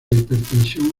hipertensión